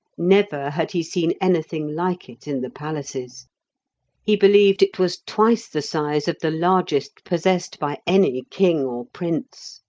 never had he seen anything like it in the palaces he believe it was twice the size of the largest possessed by any king or prince.